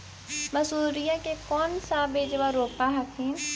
मसुरिया के कौन सा बिजबा रोप हखिन?